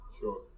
sure